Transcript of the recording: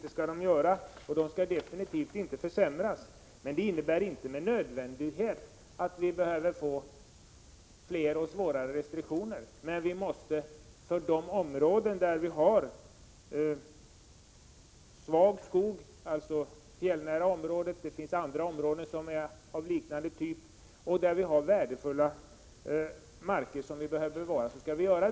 De frågorna skall 43 definitivt inte få en sämre ställning, men detta innebär inte med nödvändighet att vi måste få fler och svårare restriktioner. Men de områden där vi har svag skog, dvs. fjällnära områden och områden av liknande typ, samt de områden där vi har värdefulla marker behöver bevaras, och det skall vi göra.